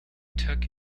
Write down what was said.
took